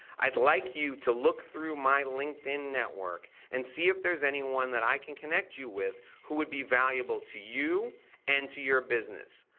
i'd like you to look through my linkedin network and see if there's anyone that i can connect you with who would be valuable to you and to your business.